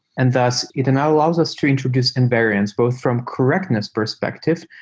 and thus, it now allows us to introduce invariance both from correctness perspective,